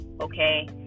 Okay